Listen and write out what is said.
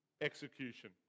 execution